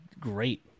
great